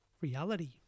reality